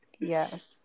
Yes